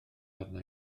arna